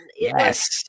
yes